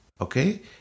okay